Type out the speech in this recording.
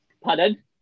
pardon